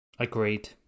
Agreed